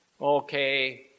Okay